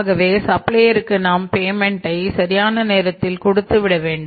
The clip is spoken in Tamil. ஆகவே சப்ளையருக்கு நாம் பேமண்ட்டை சரியான நேரத்தில் கொடுத்து விட வேண்டும்